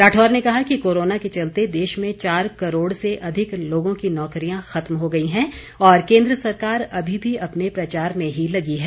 राठौर ने कहा कि कोरोना के चलते देश में चार करोड़ से अधिक लोगों की नौकरियां खत्म हो गई है और केंद्र सरकार अभी भी अपने प्रचार में ही लगी है